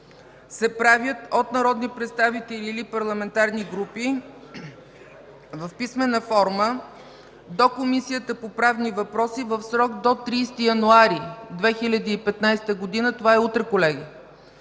се правят от народни представители или парламентарни групи в писмена форма до Комисията по правни въпроси в срок до 30 януари 2015 г., утре